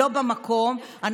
לא במקום,